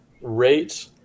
rate